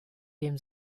dem